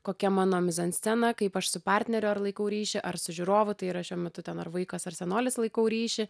kokia mano mizanscena kaip aš su partneriu ar laikau ryšį ar su žiūrovu tai yra šiuo metu ten ar vaikas ar senolis laikau ryšį